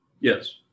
yes